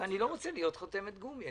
ואני לא רוצה להיות חותמת גומי.